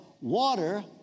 water